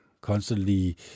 constantly